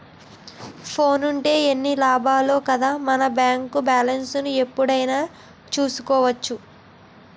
ఫోనుంటే ఎన్ని లాభాలో కదా మన బేంకు బాలెస్ను ఎప్పుడైనా చూసుకోవచ్చును